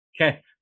Okay